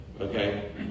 Okay